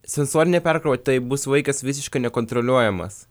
sensorinė perkrova tai bus vaikas visiškai nekontroliuojamas